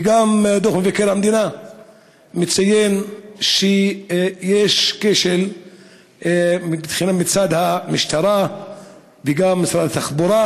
וגם דוח מבקר המדינה ציין שיש כשל מצד המשטרה וגם משרד התחבורה,